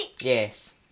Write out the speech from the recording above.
Yes